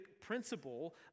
principle